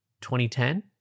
2010